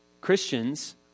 Christians